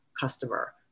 customer